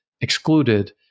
excluded